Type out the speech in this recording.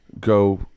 go